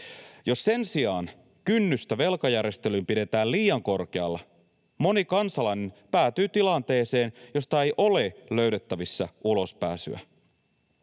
Jos sen sijaan kynnystä velkajärjestelyyn pidetään liian korkealla, moni kansalainen päätyy tilanteeseen, josta ei ole löydettävissä ulospääsyä.